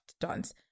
dance